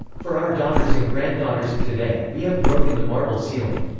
for our daughters and granddaughters, today, we have broken the marble ceiling.